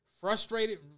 Frustrated